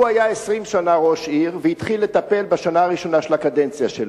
הוא היה 20 שנה ראש עיר והתחיל לטפל בזה בשנה הראשונה של הקדנציה שלו.